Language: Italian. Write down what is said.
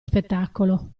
spettacolo